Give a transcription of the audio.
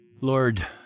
Lord